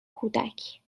کودک